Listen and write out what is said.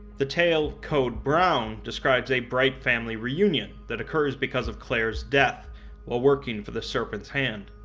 the tale code brown describes a bright family reunion that occurs because of claire's death while working for the serpents hand.